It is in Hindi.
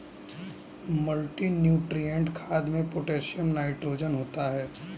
मल्टीनुट्रिएंट खाद में पोटैशियम नाइट्रोजन होता है